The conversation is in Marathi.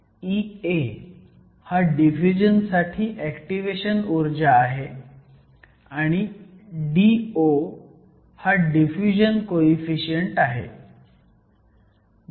Ea ही डिफ्युजन साठी ऍक्टिवेशन ऊर्जा आहे आणि Do हा डिफ्युजन कोईफिशियंट आहे